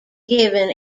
given